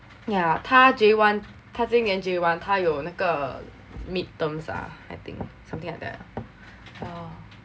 yeah 他 j one 他今年 j one 他有那个 mid terms ah I think something like that